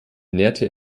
näherte